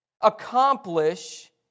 accomplish